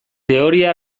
teoria